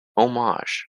homage